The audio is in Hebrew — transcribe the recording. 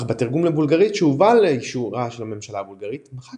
אך בתרגום לבולגרית שהובא לאישורה של הממשלה הבולגרית מחק